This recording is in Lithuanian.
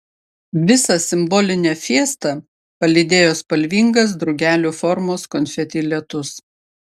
visą simbolinę fiestą palydėjo spalvingas drugelių formos konfeti lietus